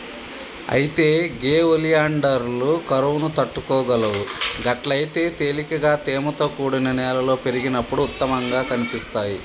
అయితే గే ఒలియాండర్లు కరువును తట్టుకోగలవు గట్లయితే తేలికగా తేమతో కూడిన నేలలో పెరిగినప్పుడు ఉత్తమంగా కనిపిస్తాయి